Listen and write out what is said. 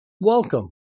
welcome